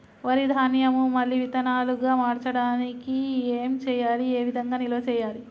వరి ధాన్యము మళ్ళీ విత్తనాలు గా మార్చడానికి ఏం చేయాలి ఏ విధంగా నిల్వ చేయాలి?